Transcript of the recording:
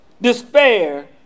despair